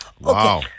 Wow